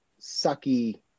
sucky